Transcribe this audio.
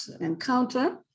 encounter